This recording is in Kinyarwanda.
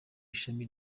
ishami